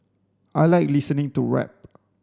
I like listening to rap